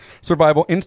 survival